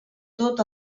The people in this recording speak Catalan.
tot